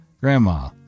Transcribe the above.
Grandma